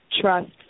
trust